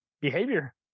behavior